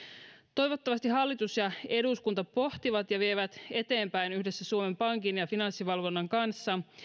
toivottavasti hallitus ja eduskunta pohtivat ja vievät eteenpäin yhdessä suomen pankin ja finanssivalvonnan kanssa